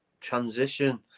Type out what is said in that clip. transition